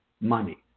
money